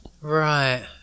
right